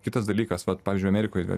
kitas dalykas vat pavyzdžiui amerikoj